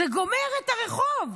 זה גומר את הרחוב,